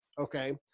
okay